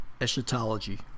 eschatology